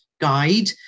guide